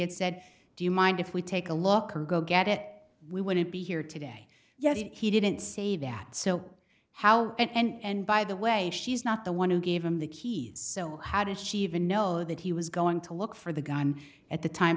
had said do you mind if we take a look or go get it we wouldn't be here today yet he didn't say that so how and by the way she's not the one who gave him the keys so how did she even know that he was going to look for the gun at the time